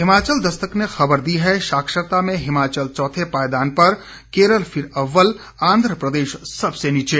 हिमाचल दस्तक ने खबर दी है साक्षरता में हिमाचल चौथे पायदान पर केरल फिर अव्वल आंध्र प्रदेश सबसे नीचे